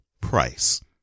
price